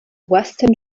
western